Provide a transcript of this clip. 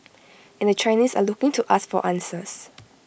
and the Chinese are looking to us for answers